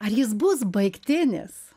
ar jis bus baigtinis